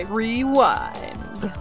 rewind